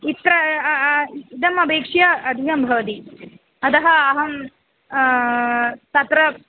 अत्र इदम् अपेक्षया अधिकं भवति अतः अहं तत्र